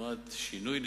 תנועת שינוי,